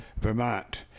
Vermont